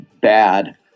bad